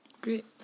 great